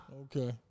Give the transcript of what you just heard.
Okay